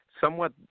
somewhat –